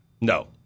No